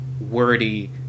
wordy